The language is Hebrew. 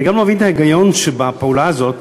אני גם לא מבין את ההיגיון שבפעולה הזו,